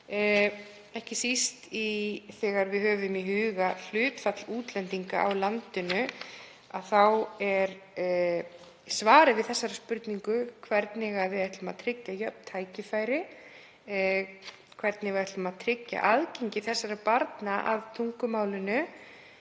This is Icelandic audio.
ekki síst þegar við höfum í huga hlutfall útlendinga í landinu. Ég hefði viljað sjá því gerð betri skil hvernig við ætlum að tryggja jöfn tækifæri, hvernig við ætlum að tryggja aðgengi þessara barna að tungumálinu,